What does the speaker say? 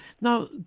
Now